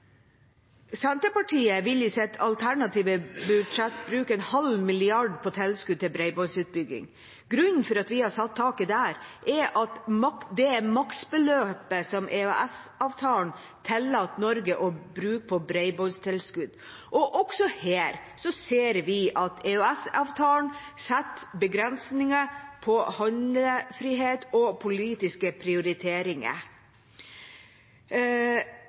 Senterpartiet vil i sitt alternative budsjett bruke en halv milliard på tilskudd til bredbåndsutbygging. Grunnen til at vi har satt taket der, er at det er maksbeløpet som EØS-avtalen tillater Norge å bruke på bredbåndstilskudd. Også her ser at vi EØS-avtalen setter begrensninger på handlefrihet og politiske prioriteringer.